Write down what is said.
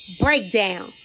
Breakdown